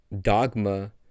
Dogma